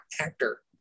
actor